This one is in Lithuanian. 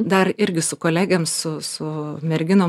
dar irgi su kolegėm su su merginom